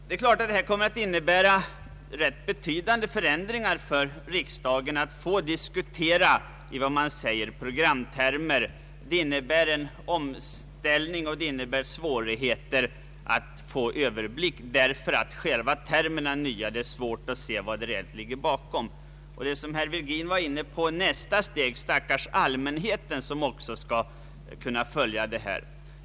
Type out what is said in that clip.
Det nya systemet kommer givetvis att innebära rätt betydande förändringar för riksdagen när det gäller möjligheterna att få diskutera i vad man kallar programtermer. Det medför en omställning och svårigheter att få en överblick, eftersom själva termerna är nya. Det är svårt att se vad som ligger bakom. Herr Virgin var inne på nästa steg, nämligen den stackars allmänheten som också skall kunna följa detta system.